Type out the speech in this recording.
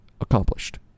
accomplished